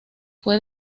fue